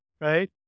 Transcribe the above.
right